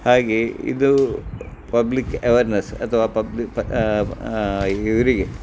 ಹಾಗೆ ಇದು public awareness ಅಥವಾ ಪಬ್ ಇವರಿಗೆ